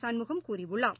சண்முகம் கூறியுள்ளார்